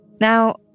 Now